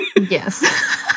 Yes